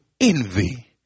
envy